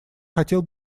хотел